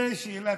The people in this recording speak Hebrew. זאת שאלה